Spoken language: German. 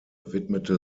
widmete